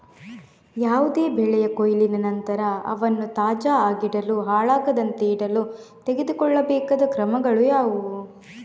ಯಾವುದೇ ಬೆಳೆಯ ಕೊಯ್ಲಿನ ನಂತರ ಅವನ್ನು ತಾಜಾ ಆಗಿಡಲು, ಹಾಳಾಗದಂತೆ ಇಡಲು ತೆಗೆದುಕೊಳ್ಳಬೇಕಾದ ಕ್ರಮಗಳು ಯಾವುವು?